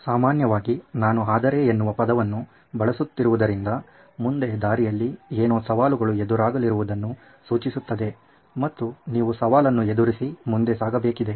ಸಾಮಾನ್ಯವಾಗಿ ನಾನು 'ಆದರೆ' ಎನ್ನುವ ಪದವನ್ನು ಬಳಸುತ್ತಿರುವುದರಿಂದ ಮುಂದೆ ದಾರಿಯಲ್ಲಿ ಎನೋ ಸವಾಲುಗಳು ಎದುರಾಗಲಿರುವುದನ್ನು ಸೂಚಿಸುತ್ತದೆ ಮತ್ತು ನೀವು ಸವಾಲನ್ನು ಎದುರಿಸಿ ಮುಂದೆ ಸಾಗಬೇಕಿದೆ